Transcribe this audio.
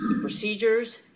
procedures